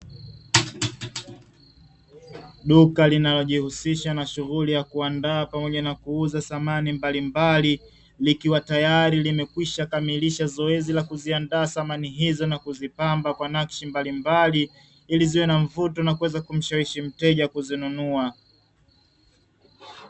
Duka linalojihusisha na shughuli ya kuandaa pamoja na kuuza samani mbalimbali, likiwa tayari limekwisha kamilisha zoezi la kuziandaa samani hizo, na kuzipamba kwa nakshi mbalimbali ili ziwe na mvuto na kuweza kumshawishi mteja kuzinunua.